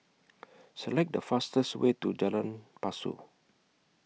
Select The fastest Way to Lorong Pasu